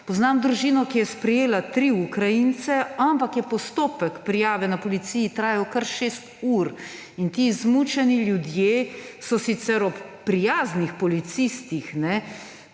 Poznam družino, ki je sprejela tri Ukrajince, ampak je postopek prijave na policiji trajal kar šest ur in ti izmučeni ljudje so sicer ob prijaznih policistih